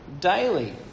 daily